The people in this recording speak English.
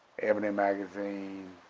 ebony magazine,